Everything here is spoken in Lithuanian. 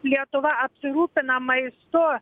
lietuva apsirūpina maistu